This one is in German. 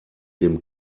dem